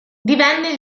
divenne